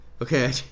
Okay